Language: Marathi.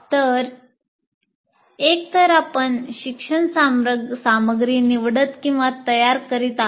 तर एकतर आपण शिक्षण सामग्री निवडत किंवा तयार करीत आहात